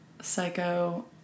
Psycho